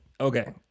Okay